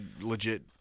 legit